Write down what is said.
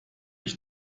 ich